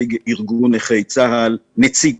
נציג ארגון נכי צה"ל וגם נציג